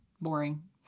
boring